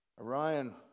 Orion